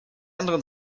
anderen